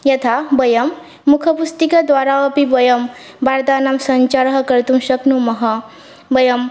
यथा वयं मुखपुस्तिकाद्वारा अपि वयं वार्तानां सञ्चारं कर्तुं शक्नुमः वयं